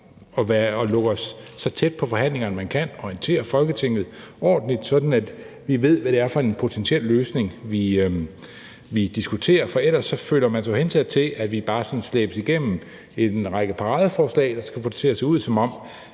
og lukke os så tæt ind på forhandlingerne, man kan, orientere Folketinget ordentligt, sådan at vi ved, hvad det er for en potentiel løsning, vi diskuterer. For ellers føler man sig jo hensat til, at vi bare slæbes igennem en række paradeforslag, der skal få det til at se ud, som om